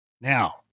Now